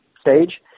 stage